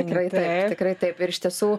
tikrai tikrai taip ir iš tiesų